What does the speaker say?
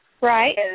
Right